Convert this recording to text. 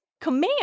command